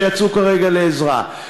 שיצאו כרגע לעזרה,